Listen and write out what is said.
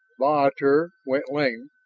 bahatur went lame,